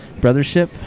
Brothership